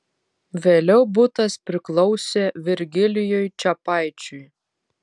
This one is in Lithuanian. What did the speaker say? vėliau butas priklausė virgilijui čepaičiui